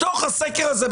בתוך הסקר הזה,